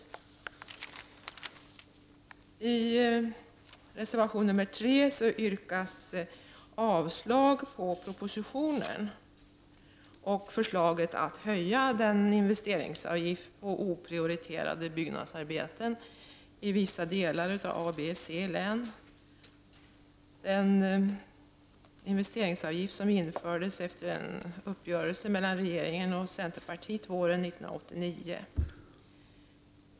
I reservation 3 yrkas avslag på propositionen och förslaget att höja investeringsavgiften på oprioriterade byggnadsarbeten i vissa delar av ABC-län. Den investeringsavgiften infördes efter en uppgörelse mellan regeringen och centerpartiet våren 1989.